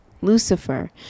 Lucifer